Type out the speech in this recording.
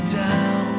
down